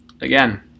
Again